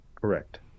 Correct